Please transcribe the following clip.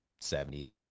seventy